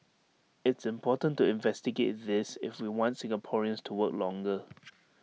it's important to investigate this if we want Singaporeans to work longer